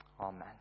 Amen